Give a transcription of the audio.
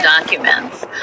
documents